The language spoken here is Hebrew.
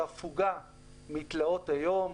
הפוגה מתלאות היום.